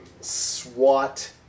swat